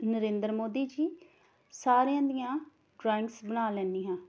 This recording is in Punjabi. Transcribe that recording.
ਨਰਿੰਦਰ ਮੋਦੀ ਜੀ ਸਾਰਿਆਂ ਦੀਆਂ ਡਰਾਇੰਗਸ ਬਣਾ ਲੈਂਦੀ ਹਾਂ